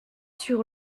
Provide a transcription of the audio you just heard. sur